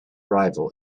rival